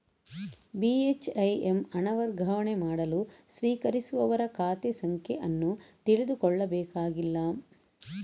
ಬಿ.ಹೆಚ್.ಐ.ಎಮ್ ಹಣ ವರ್ಗಾವಣೆ ಮಾಡಲು ಸ್ವೀಕರಿಸುವವರ ಖಾತೆ ಸಂಖ್ಯೆ ಅನ್ನು ತಿಳಿದುಕೊಳ್ಳಬೇಕಾಗಿಲ್ಲ